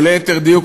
או ליתר דיוק,